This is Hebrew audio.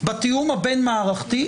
בתיאום הבין-מערכתי,